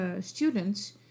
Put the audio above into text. students